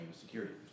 Security